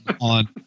on